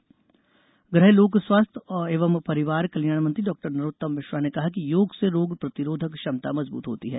योग दतिया गृह लोक स्वास्थ्य एवं परिवार कल्याण मंत्री डॉ नरोत्तम मिश्रा ने कहा कि योग से रोग प्रतिरोधक क्षमता मजबूत होती है